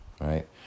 right